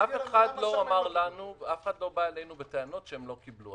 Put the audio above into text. אף אחד לא בא אלינו בטענות שהם לא קיבלו.